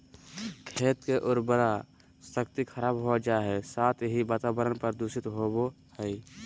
खेत के उर्वरा शक्ति खराब हो जा हइ, साथ ही वातावरण प्रदूषित होबो हइ